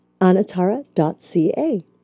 anatara.ca